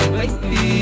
baby